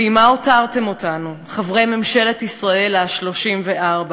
ועם מה הותרתם אותנו, חברי ממשלת ישראל ה-34?